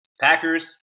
Packers